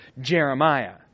Jeremiah